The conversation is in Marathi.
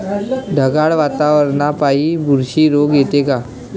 ढगाळ वातावरनापाई बुरशी रोग येते का?